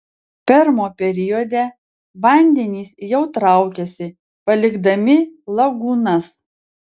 permo periode vandenys jau traukiasi palikdami lagūnas